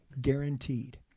Guaranteed